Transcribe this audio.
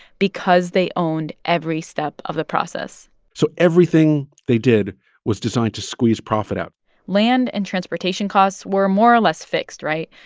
because they owned every step of the process so everything they did was designed to squeeze profit out land and transportation costs were more or less fixed, right?